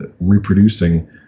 Reproducing